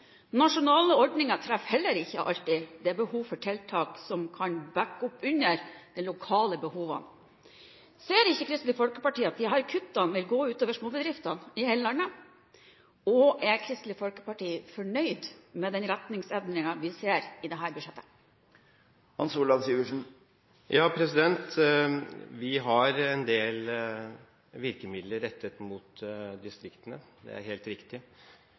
Nasjonale ordninger treffer heller ikke alltid. Det er behov for tiltak som kan bakke opp under de lokale behovene. Ser ikke Kristelig Folkeparti at disse kuttene vil gå ut over småbedriftene i hele landet, og er Kristelig Folkeparti fornøyd med den retningsendringen vi ser i dette budsjettet? Vi har en del virkemidler rettet mot distriktene, det er helt riktig.